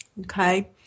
okay